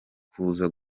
kuza